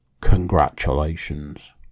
Congratulations